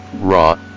raw